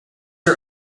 are